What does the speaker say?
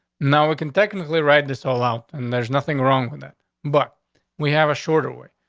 now we can technically right, this soul out and there's nothing wrong with that. but we have a shorter way.